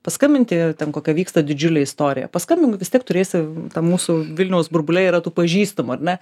paskambinti ten kokia vyksta didžiulė istorija paskambink vis tiek turėsi tą mūsų vilniaus burbule yra tų pažįstamų ar ne